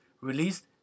released